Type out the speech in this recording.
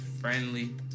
friendly